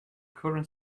current